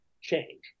change